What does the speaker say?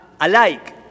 alike